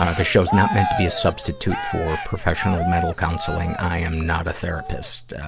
ah this show's not meant to be a substitute for professional mental counseling. i am not a therapist, ah,